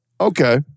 Okay